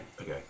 okay